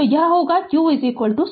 तो यह होगा q c v